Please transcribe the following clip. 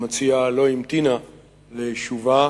שהמציעה לא המתינה עד שובה